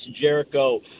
Jericho